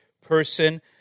person